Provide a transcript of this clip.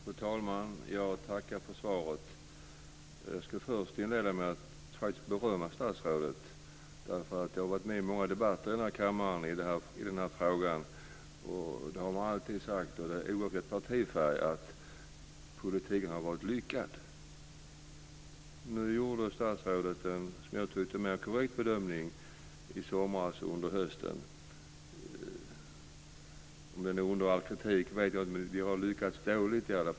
Fru talman! Jag tackar för svaret. Jag ska först inleda med att faktiskt berömma statsrådet. Jag har varit med om många debatter i kammaren i den här frågan. Oavsett partifärg har man alltid sagt att politiken har varit lyckad. Nu gjorde statsrådet i somras och i höstas en mer korrekt bedömning av situationen. Om den är under all kritik vet jag inte, men vi har lyckats dåligt.